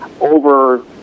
over